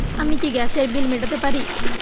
আমি কি গ্যাসের বিল মেটাতে পারি?